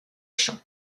champ